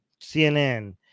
CNN